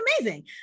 amazing